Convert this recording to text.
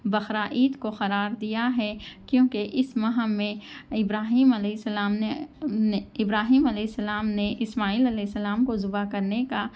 بقرعید کو قرار دیا ہے کیونکہ اس ماہ میں ابراہیم علیہ السّلام نے نے ابراہیم علیہ السّلام نے اسماعیل علیہ السلام کو ذَبح کرنے کا